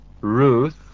Ruth